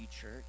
church